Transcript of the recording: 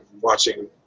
watching